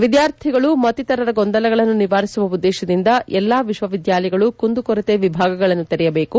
ವಿದ್ಯಾರ್ಥಿಗಳು ಮತ್ತಿಕರರ ಗೊಂದಲಗಳನ್ನು ನಿವಾರಿಸುವ ಉದ್ದೇಶದಿಂದ ಎಲ್ಲಾ ವಿಶ್ವವಿದ್ಯಾಲಯಗಳು ಕುಂದುಕೊರತೆ ವಿಭಾಗಗಳನ್ನು ತೆರೆಯಬೇಕು